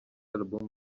album